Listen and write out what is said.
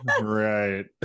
right